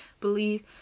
believe